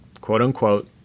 quote-unquote